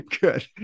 Good